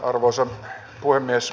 arvoisa puhemies